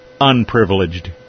unprivileged